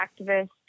activists